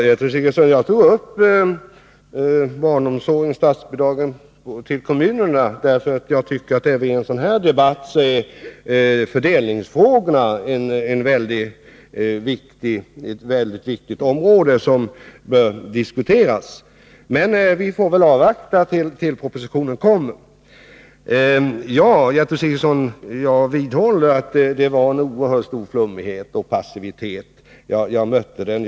Herr talman! Jag tog upp barnomsorgen och statsbidragen till kommunerna därför att jag tycker att fördelningsfrågorna är mycket viktiga och bör diskuteras även i en sådan här debatt. Men vi får avvakta tills propositionen kommer. Jag vidhåller att det var en oerhört stor flummighet och passivitet jag mötte, Gertrud Sigurdsen.